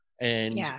And-